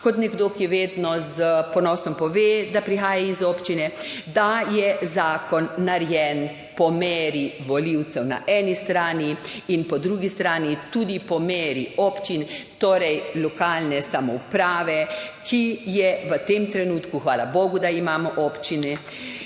kot nekdo, ki vedno s ponosom pove, da prihaja iz občine, da je zakon narejen po meri volivcev na eni strani in po drugi strani tudi po meri občin, torej lokalne samouprave, ki je v tem trenutku – hvala bogu, da imamo občine